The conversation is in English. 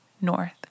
north